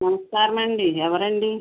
నమస్కారం అండి ఎవరండి